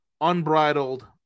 unbridled